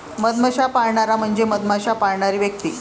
मधमाश्या पाळणारा म्हणजे मधमाश्या पाळणारी व्यक्ती